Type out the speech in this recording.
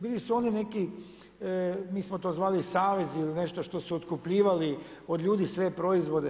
Bili su oni neki, mi smo to zvali savezi ili nešto što su otkupljivali od ljudi sve proizvode.